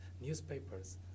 newspapers